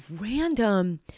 random